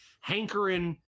hankering